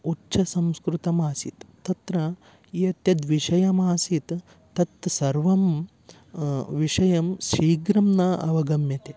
उच्चसंस्कृतमासीत् तत्र यत् यद् विषयमासीत् तत् सर्वं विषयं शीघ्रं न अवगम्यते